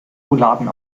rouladen